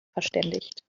verständigt